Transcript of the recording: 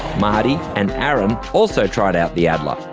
marty and aaron also tried out the adler.